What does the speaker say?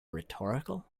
rhetorical